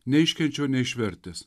neiškenčiau neišvertęs